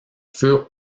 furent